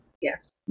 Yes